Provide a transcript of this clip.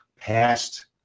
past